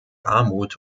armut